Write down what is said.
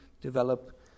develop